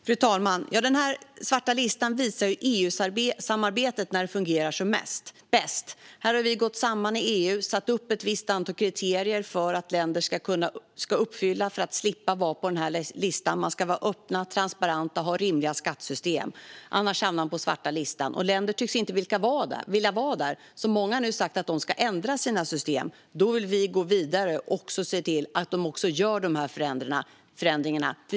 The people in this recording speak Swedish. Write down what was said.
Fru talman! Den svarta listan visar EU-samarbetet när det fungerar som bäst. Här har vi gått samman i EU och satt upp ett visst antal kriterier som länder ska uppfylla för att slippa vara på listan. De ska vara öppna, transparenta och ha rimliga skattesystem. Annars hamnar de på svarta listan. Länder tycks inte vilja vara där. Många har nu sagt att de ska ändra sina system. Då vill vi gå vidare och se till att de också gör de förändringarna.